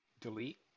Delete